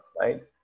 right